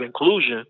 inclusion